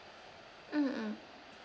mm mm